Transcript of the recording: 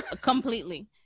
Completely